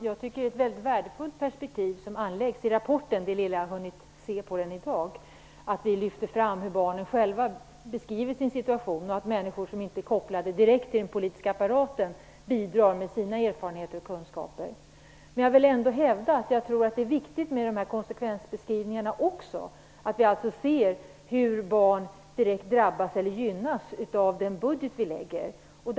Fru talman! Det är ett värdefullt perspektiv som anläggs i rapporten - det lilla jag har hunnit att läsa i dag - att det lyfts fram hur barnen själva beskriver sin situation. Människor som inte är direkt kopplade till den politiska apparaten bidrar också med sina erfarenheter och kunskaper. Men jag vill ändå hävda att det är viktigt också med konsekvensbeskrivningarna så att vi kan se hur barn direkt drabbas eller gynnas av förslagen i den budget som läggs fram.